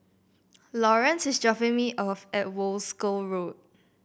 Lawerence is dropping me off at Wolskel Road